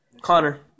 Connor